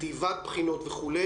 כתיבת בחינות וכו'